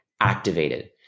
activated